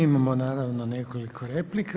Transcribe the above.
Imamo naravno nekoliko replika.